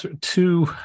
two